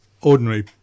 Ordinary